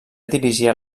dirigia